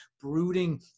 brooding